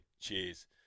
Cheers